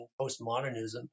postmodernism